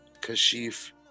kashif